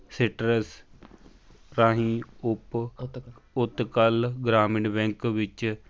citrus ਰਾਹੀਂ ਉਪ Utkal Grameen bank ਵਿੱਚ